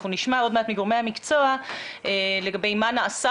אנחנו נשמע עוד מעט מגורמי המקצוע לגבי מה נעשה